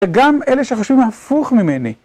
וגם אלה שחושבים הפוך ממני.